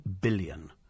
billion